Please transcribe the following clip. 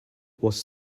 was